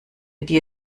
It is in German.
dir